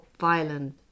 violent